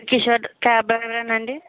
Kishore cab డ్రైవేరేనా అండి